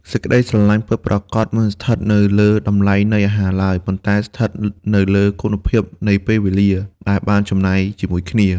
សេចក្ដីស្រឡាញ់ពិតប្រាកដមិនស្ថិតនៅលើតម្លៃនៃអាហារឡើយ ប៉ុន្តែស្ថិតនៅលើគុណភាពនៃពេលវេលដែលបានចំណាយជាមួយគ្នា។